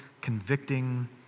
convicting